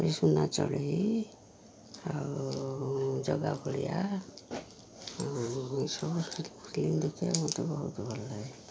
ସୁନା ଚଢ଼େଇ ଆଉ ଜଗା ବଳିଆ ଏଇସବୁ ଫିଲ୍ମ ଦେଖିବା ମୋତେ ବହୁତ ଭଲଲାଗେ